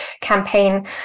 campaign